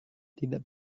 tidak